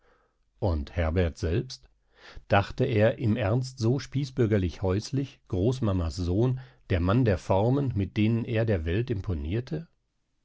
und herbert selbst dachte er im ernst so spießbürgerlich häuslich großmamas sohn der mann der formen mit denen er der welt imponierte